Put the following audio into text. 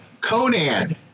Conan